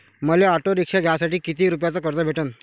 मले auto rickshaw घ्यासाठी कितीक रुपयाच कर्ज भेटनं?